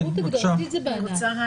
בבקשה.